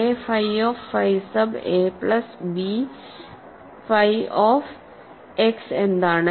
a phi of phi sub a plus b phi of x എന്താണ്